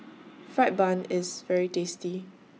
Fried Bun IS very tasty